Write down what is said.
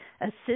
assist